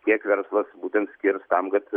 tiek verslas būtent skirs tam kad